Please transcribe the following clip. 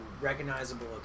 recognizable